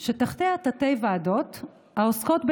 שתחתיה תתי-ועדות העוסקות,